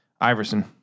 Iverson